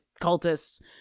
cultists